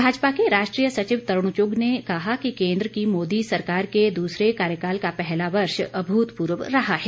भाजपा के राष्ट्रीय सचिव तरूण चूग ने कहा कि केन्द्र की मोदी सरकार के दूसरे कार्यकाल का पहला वर्ष अभूतपूर्व रहा है